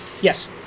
Yes